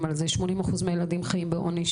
עכשיו 80 אחוזים מהילדים חיים בעוני.